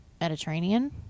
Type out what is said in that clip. Mediterranean